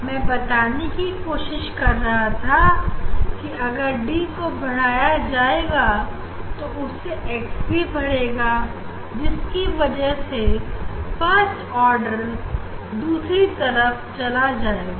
मैं बताने की कोशिश कर रहा था कि अगर D को बढ़ाया जाएगा तो उससे x भी बढ़ेगा जिसकी वजह से फर्स्ट ऑर्डर दूसरी तरफ चला जाएगा